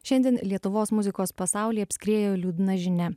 šiandien lietuvos muzikos pasaulį apskriejo liūdna žinia